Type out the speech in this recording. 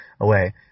away